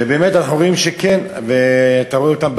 נכון, נכון.